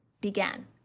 began